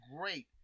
great